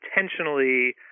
intentionally